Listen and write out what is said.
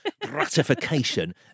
gratification